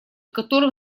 которым